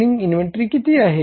opening inventory किती आहे